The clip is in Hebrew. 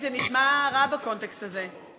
חיליק, זה נשמע רע בקונטקסט הזה.